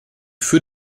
für